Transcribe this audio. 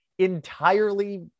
entirely